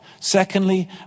Secondly